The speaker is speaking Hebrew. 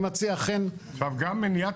גם מניעת